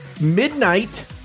midnight